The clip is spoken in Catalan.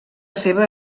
seva